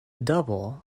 double